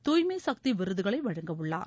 தூய்மை சக்தி விருதுகளை வழங்கவுள்ளார்